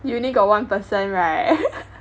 you only got one person right